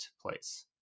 place